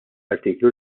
artiklu